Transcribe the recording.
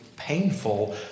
Painful